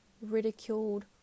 ridiculed